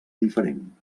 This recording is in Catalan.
diferent